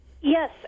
Yes